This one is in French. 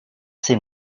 ses